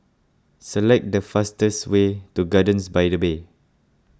select the fastest way to Gardens by the Bay